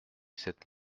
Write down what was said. cette